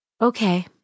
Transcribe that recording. Okay